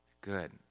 Good